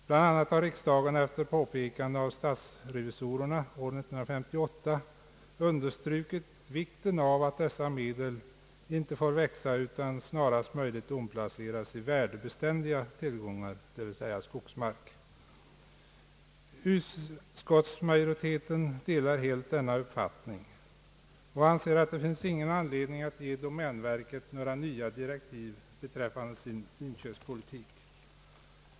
Bland annat har riksdagen efter påpekande av statsrevisorerna 1958 understrukit vikten av att dessa medel inte får växa utan snarast möjligt omplaceras i värdebeständiga tillgångar, d.v.s. skogsmark. Utskottsmajoriteten delar helt denna uppfattning och anser att det inte finns någon anledning att ge domänverket några nya direktiv beträffande dess inköpspolitik.